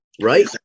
right